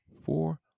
four